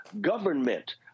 government